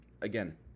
again